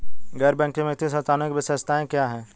गैर बैंकिंग वित्तीय संस्थानों की विशेषताएं क्या हैं?